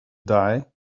die